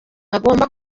agomba